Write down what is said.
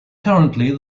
currently